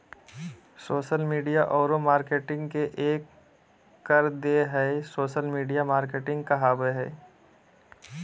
social media औरो marketing के एक कर देह हइ सोशल मिडिया मार्केटिंग कहाबय हइ